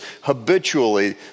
habitually